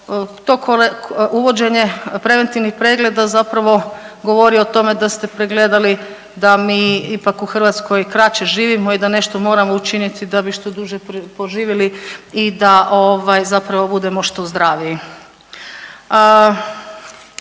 to, uvođenje preventivnih pregleda zapravo govori o tome da ste pregledali da mi ipak u Hrvatskoj kraće živimo i da nešto moramo učiniti da bi što duže poživili i da ovaj zapravo budemo što zdraviji.